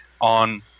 on